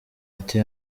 ati